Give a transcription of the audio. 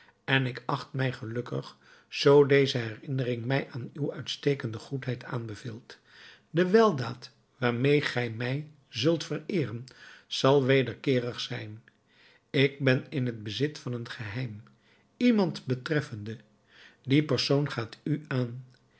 en ik acht mij gelukkig zoo deze herinnering mij aan uw uitstekende goedheid aanbeveelt de weldaad waarmede gij mij zult vereeren zal wederkeerig zijn ik ben in het bezit van een geheim iemand betreffende die persoon gaat u aan